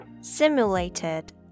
Simulated